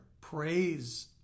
praise